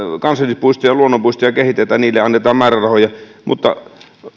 kansallispuistoja luonnonpuistoja kehitetään niille annetaan määrärahoja mutta